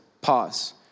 Pause